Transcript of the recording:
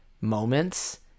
moments